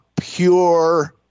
pure